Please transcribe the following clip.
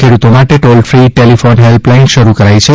ખેડૂતો માટે toll free telephone help line શરૂ કરાઇ છે